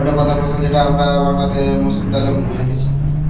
গটে প্রধান ফসল যেটা আমরা বাংলাতে মসুর ডালে বুঝতেছি